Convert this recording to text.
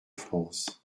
france